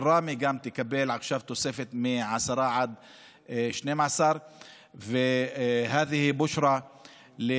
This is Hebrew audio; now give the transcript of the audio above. אל-ראמה גם תקבל עכשיו תוספת מ-10% עד 12%. (אומר דברים בשפה הערבית,